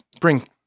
bring